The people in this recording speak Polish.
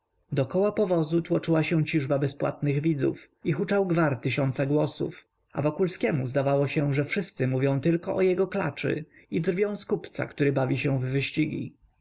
biletem dokoła powozu tłoczyła się ciżba bezpłatnych widzów i huczał gwar tysiąca głosów a wokulskiemu zdawało się że wszyscy mówią tylko o jego klaczy i drwią z kupca który bawi się w wyścigi